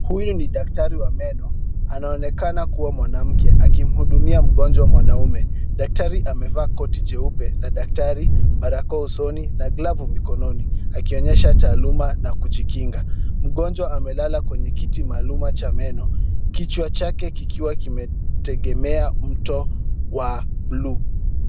Huyu ni daktari wa meno. Anaonekana kuwa mwanamke akimhudumia mgonjwa mwanamume. Daktari amevaa koti jeupe ya daktari na barakoa usoni na glavu mikononi akionyesha taaluma na kujikinga. Mgonjwa amelala kwenye kiti maaluma cha meno kichwa chake kikiwa kimetegemea mto wa buluu.